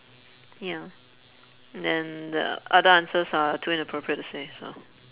ya and then the other answers are too inappropriate to say so